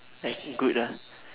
like good ah